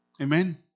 Amen